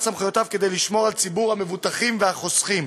סמכויותיו כדי לשמור על ציבור המבוטחים והחוסים.